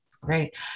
Great